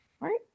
right